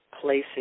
placing